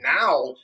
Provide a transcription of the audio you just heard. now